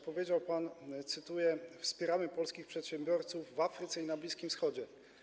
Powiedział pan, cytuję: Wspieramy polskich przedsiębiorców w Afryce i na Bliskim Wschodzie.